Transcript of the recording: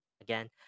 Again